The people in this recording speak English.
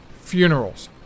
Funerals